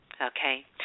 Okay